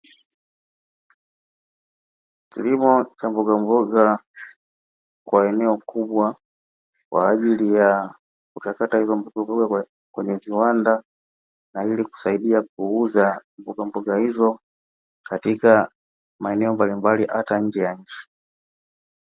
Kilimo cha mbogamboga kwa eneo kubwa kwa ajili ya kuchakata hizo mbogamboga kwenye kiwanda, na ili kusaidia kuuza mbogamboga hizo katika maeneo mbalimbali hata nje ya nchi.